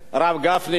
הרב גפני,